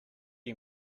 you